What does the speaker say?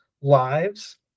lives